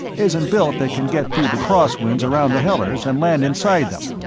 isn't built that can get through the crosswinds around the hellers and land inside them.